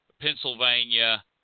Pennsylvania